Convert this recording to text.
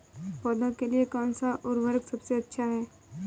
पौधों के लिए कौन सा उर्वरक सबसे अच्छा है?